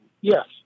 Yes